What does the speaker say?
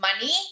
money